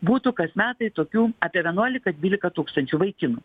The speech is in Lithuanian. būtų kas metai tokių apie vienuolika dvylika tūkstančių vaikinų